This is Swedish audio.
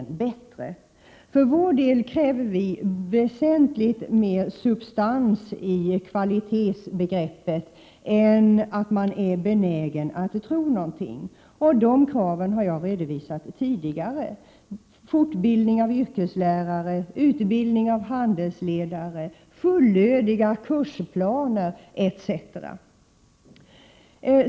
Vi kräver för vår del väsentligt mer substans i kvalitetsbegreppet än att man är benägen att tro något. Dessa krav har jag redovisat tidigare — fortbildning av yrkeslärare, utbildning av handelsledare, fullödiga kursplaner, etc.